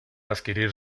adquirir